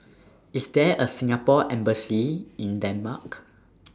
IS There A Singapore Embassy in Denmark